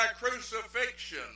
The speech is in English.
crucifixion